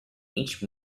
each